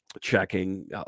checking